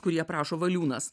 kurį aprašo valiūnas